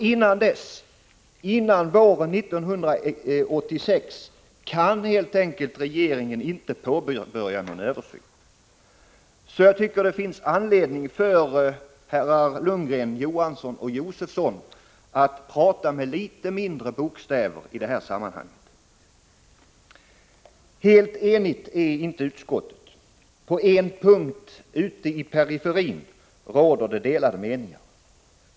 Innan dess kan regeringen helt enkelt inte påbörja någon översyn. Jag tycker därför att det finns anledning för herrar Lundgren, Johansson och Josefson att tala med något mindre bokstäver i detta sammanhang. Helt enigt är inte utskottet. På en punkt ute i periferin råder det delade meningar.